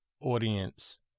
audience